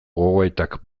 gogoetak